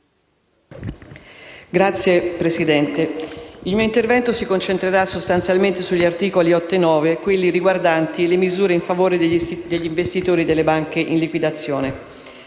Signora Presidente, il mio intervento si concentrerà sostanzialmente sugli articoli 8 e 9, ovvero quelli riguardanti misure in favore degli investitori delle banche in liquidazione.